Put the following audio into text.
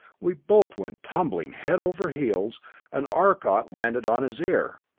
we both went tumbling head over heels and arcot landed on his ear.